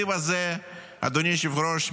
אדוני היושב-ראש,